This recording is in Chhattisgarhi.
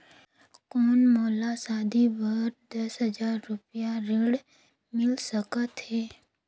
कौन मोला शादी बर दस हजार रुपिया ऋण मिल सकत है?